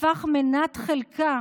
שהפך מנת חלקם